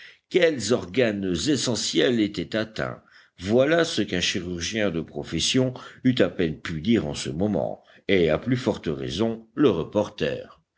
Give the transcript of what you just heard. quels organes essentiels étaient atteints voilà ce qu'un chirurgien de profession eût à peine pu dire en ce moment et à plus forte raison le reporter